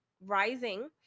rising